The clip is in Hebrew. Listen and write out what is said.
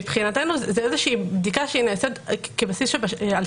מבחינתנו זאת בדיקה שנעשית בשגרה.